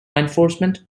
enforcement